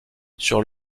sur